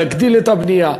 להגדיל את הבנייה,